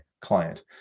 client